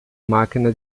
máquina